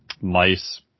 mice